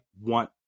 want